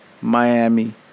Miami